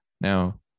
Now